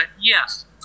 Yes